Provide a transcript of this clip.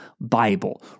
Bible